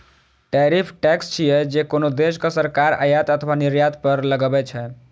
tariff tax छियै, जे कोनो देशक सरकार आयात अथवा निर्यात पर लगबै छै